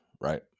right